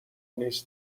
نیز